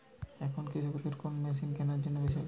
এখন কৃষকদের কোন মেশিন কেনার জন্য বেশি আগ্রহী?